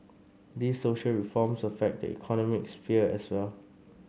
these social reforms affect the economic sphere as well